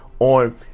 on